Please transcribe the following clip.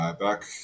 back